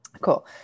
Cool